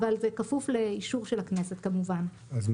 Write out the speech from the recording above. אבל זה כפוף לאישור של הכנסת כמובן.